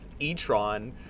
E-Tron